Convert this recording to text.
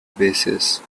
basis